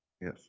Yes